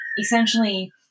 essentially